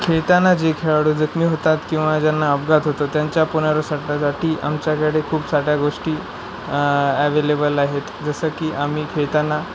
खेळताना जे खेळाडू जखमी होतात किंवा ज्यांना अपघात होतो त्यांच्या साठी आमच्याकडे खूप साऱ्या गोष्टी ॲवेलेबल आहेत जसं की आम्ही खेळताना